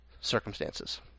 circumstances